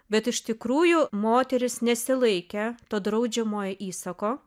bet iš tikrųjų moterys nesilaikė to draudžiamojo įsako